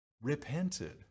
repented